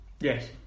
Yes